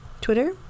Twitter